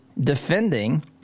defending